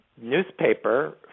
newspaper